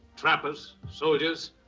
trapper, so soldiers.